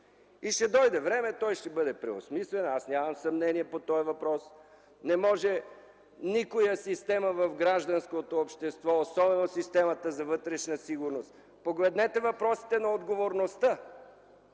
Ще дойде време и той ще бъде преосмислен, аз нямам съмнения по този въпрос. Не може никоя система в гражданското общество, особено в системата за вътрешна сигурност... Погледнете въпросите за отговорността.